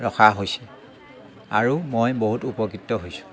ৰখা হৈছে আৰু মই বহুত উপকৃত হৈছোঁ